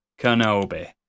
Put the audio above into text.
Kenobi